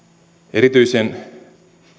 erityisen